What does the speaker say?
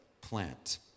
Plant